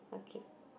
okay